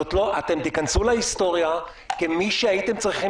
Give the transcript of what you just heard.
אתם תיכנסו להיסטוריה כמי שהייתם צריכים